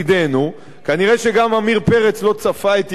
כנראה גם עמיר פרץ לא צפה את ירידת הדולר,